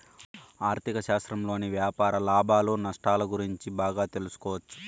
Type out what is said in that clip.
ఆర్ధిక శాస్త్రంలోని వ్యాపార లాభాలు నష్టాలు గురించి బాగా తెలుసుకోవచ్చు